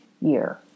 year